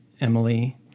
Emily